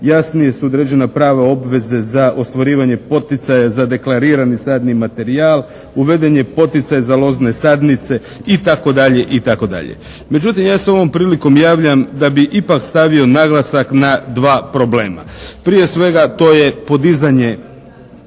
jasnije su određena prava obveze za ostvarivanje poticaja za deklarirani sadni materijal, uveden je poticaj za lozne sadnice, itd., itd. Međutim, ja se ovom prilikom javljam da bi ipak stavio naglasak na dva problema. Prije svega, to je podizanje